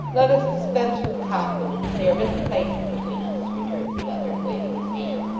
let us dispense with compliments. they are misplaced between us returned the other, waving his hand,